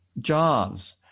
jobs